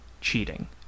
Cheating